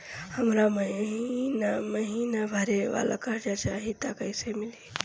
हमरा महिना महीना भरे वाला कर्जा चाही त कईसे मिली?